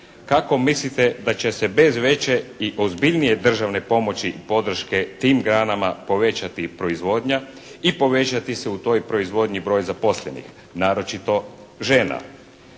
Kako mislite da će se bez veće i ozbiljnije državne pomoći, podrške tim granama povećati proizvodnja i povećati se u toj proizvodnji broj zaposlenih? Naročito žena.